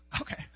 Okay